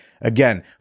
Again